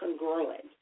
congruent